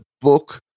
book